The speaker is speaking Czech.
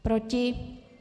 Proti?